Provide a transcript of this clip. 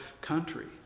country